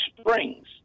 springs